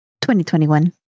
2021